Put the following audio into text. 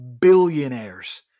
billionaires